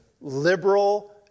liberal